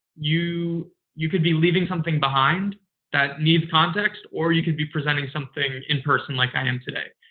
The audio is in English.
you you could be leaving something behind that needs context, or you could be presenting something in person like i am today.